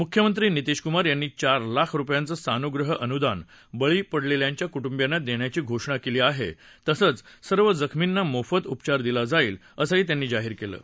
मुख्यमंत्री नितीश कुमार यांनी चार लाख रुपयांचं सानुग्रह अनुदान बळी पडलेल्यांच्या कुटुंबियांना देण्याची घोषणा केली आहे तसंच सर्व जखर्मीना मोफत उपचार दिला जाईल असंही जाहीर केलं आहे